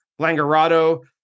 Langerado